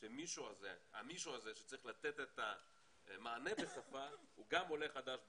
כי המישהו הזה שצריך לתת את המענה בשפה הוא גם עולה חדש בעצמו,